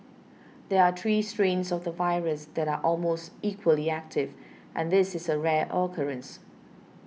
there are three strains of the virus that are almost equally active and this is a rare occurrence